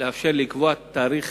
לאפשר לקבוע תאריך